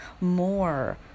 more